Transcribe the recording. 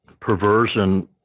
perversion